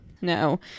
No